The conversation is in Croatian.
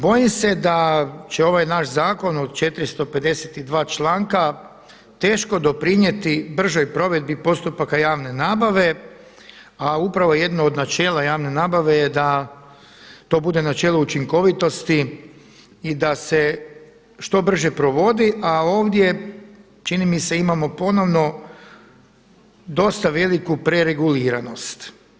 Bojim se da će ovaj naš zakon od 452 članka teško doprinijeti bržoj provedbi postupaka javne nabave a upravo jedno od načela javne nabave je da to bude načelo učinkovitosti i da se što brže provodi a ovdje čini mi se imamo ponovno dosta veliku prereguliranost.